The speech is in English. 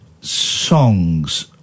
songs